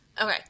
Okay